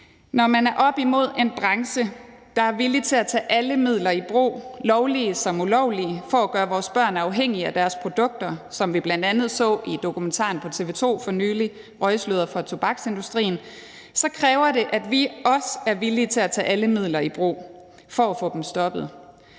Når man er oppe imod en branche, der er villig til at tage alle midler i brug – lovlige som ulovlige – for at gøre vores børn afhængige af deres produkter, som vi bl.a. så det i dokumentaren på TV 2 for nylig, »Røgsløret fra tobaksindustrien«, så kræver det, at vi også er villige til at tage alle midler i brug for at få dem stoppet.